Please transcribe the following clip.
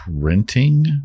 printing